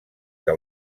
que